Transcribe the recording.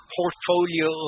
portfolio